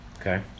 Okay